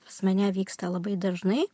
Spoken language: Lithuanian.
pas mane vyksta labai dažnai